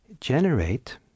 generate